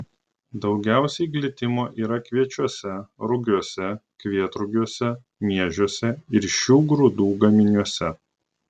daugiausiai glitimo yra kviečiuose rugiuose kvietrugiuose miežiuose ir šių grūdų gaminiuose